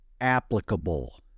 applicable